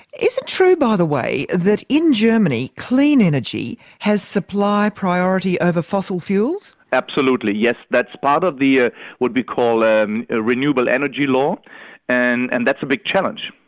it true, by the way, that in germany clean energy has supply priority over fossil fuels? absolutely, yes, that's part of the ah what we call and ah renewable energy law and and that's a big challenge.